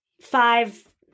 five